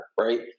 Right